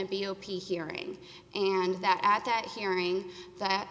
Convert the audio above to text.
a b o p hearing and that at that hearing that